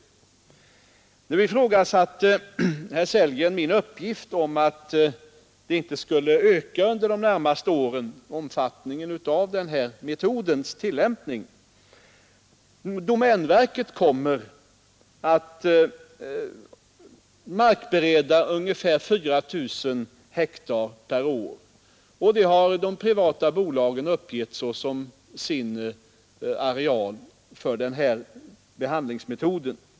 Herr Sellgren ifrågasatte riktigheten av min uppgift om att denna hyggesplogning inte skulle öka i omfattning under de närmaste åren. Domänverket kommer att markbereda 4 000 hektar per år, och det har också de privata bolagen uppgivit som sin areal för den här behandlingsmetoden.